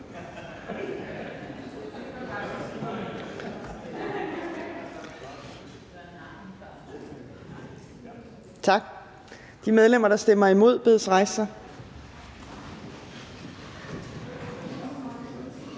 Tak. De medlemmer, der stemmer imod, bedes rejse sig.